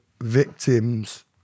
victims